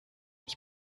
ich